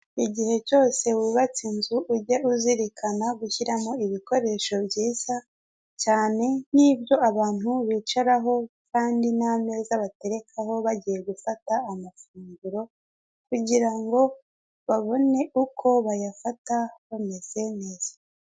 Igihe cyose wubatse inzu ujye uzirikana gushjyiramo ibikoresho byiza cyane, n'ibyo abantu bicaraho kandi n'ameza baterekaho bagiye gufata amafunguro, kugira ngo babone uko bayafata bameze neza.